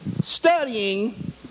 studying